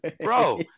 Bro